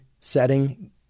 setting